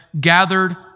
gathered